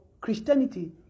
Christianity